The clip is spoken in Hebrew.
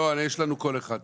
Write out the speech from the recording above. לא, יש לנו קול אחד.